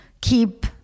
keep